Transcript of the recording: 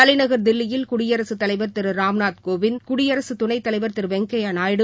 தலைநகர் தில்லியில் குடியரசுத் தலைவர் திரு ராம்நாத் கோவிந்த் துணைத்தலைவர் திரு வெங்கையா நாயுடு